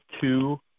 two